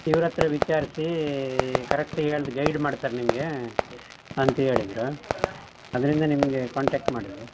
ಇವರ ಹತ್ರ ವಿಚಾರಿಸಿ ಕರೆಕ್ಟ್ ಹೇಳಿ ಗೈಡ್ ಮಾಡ್ತಾರೆ ನಿಮಗೆ ಅಂತೇಳಿದ್ರು ಅದರಿಂದ ನಿಮಗೆ ಕಾಂಟಾಕ್ಟ್ ಮಾಡಿರೋದು